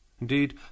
Indeed